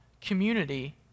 community